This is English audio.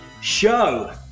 show